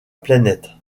planète